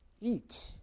eat